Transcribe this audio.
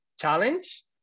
challenge